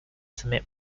submit